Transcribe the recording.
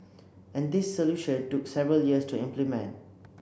and this solution took several years to implement